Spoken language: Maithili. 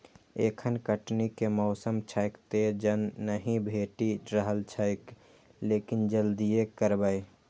एखन कटनी के मौसम छैक, तें जन नहि भेटि रहल छैक, लेकिन जल्दिए करबै